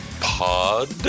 pod